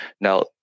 Now